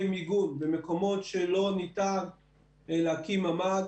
מיגון במקומות שלא ניתן להקים ממ"ד.